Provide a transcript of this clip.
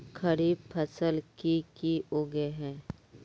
खरीफ फसल की की उगैहे?